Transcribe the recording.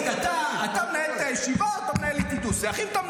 תגיד, אתה מנהל את הישיבה או מנהל איתי דו-שיח?